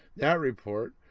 that report,